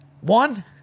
One